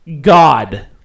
God